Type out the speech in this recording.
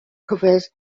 covers